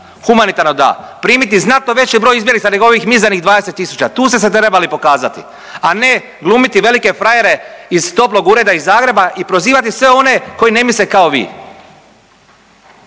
humanitarno da, primiti znatno veći broj izbjeglica nego mizernih 20.000, tu ste se trebali pokazati, a ne glumiti velike frajere iz toplog ureda iz Zagreba i prozivati sve one koji ne misle kao vi.